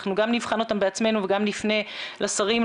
אנחנו גם נבחן אותן בעצמנו וגם נפנה לשרים,